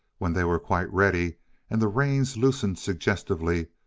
when they were quite ready and the reins loosened suggestively,